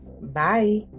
Bye